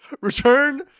Return